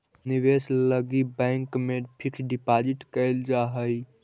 निवेश लगी बैंक में फिक्स डिपाजिट कैल जा हई